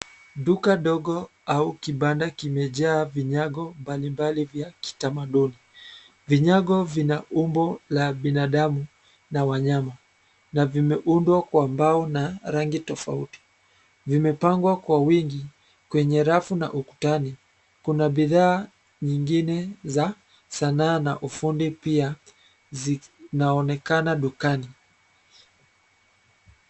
Duka dogo au kibanda kimejaa vinyago mbalimbali vya kitamaduni. Vinyago vina umbo la binadamu na wanyama na vimeundwa kwa mbao na rangi tofauti. Vimepangwa kwa wingi, kwenye rafu na ukutani kuna bidhaa nyingine za saana na ufundi pia zinaonekana dukani.